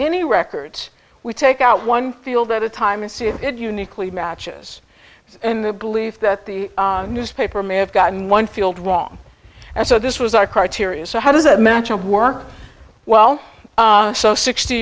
any records we take out one field at a time and see if it uniquely matches so in the belief that the newspaper may have gotten one field wrong and so this was our criteria so how does a match of work well so sixty